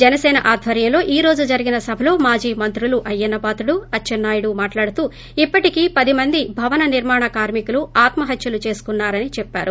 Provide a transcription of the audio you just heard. జనసేన ఆధ్యర్యంలో ఈ రోజు జరిగిన సభలో మాజీ మంత్రులు అయ్యన్నపాత్రుడు అచ్చింనాయుడు మాట్లాడుతూ ఇప్పటికి పది మంది భవన నిర్మాణ కార్మికులు ఆత్మహత్వలు చేసుకున్నా రని చెప్పారు